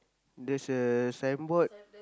there's a signboard